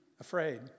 afraid